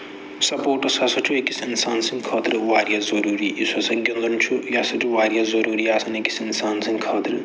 sports ہسا چھُ أکِس اِنسان سٕنٛدۍ خٲطرٕ واریاہ ضروٗری یُس ہسا گِنٛدان چھُ یہِ ہسا چھُ واریاہ ضروٗری آسان أکس اِنسان سٕنٛدۍ خٲطرٕ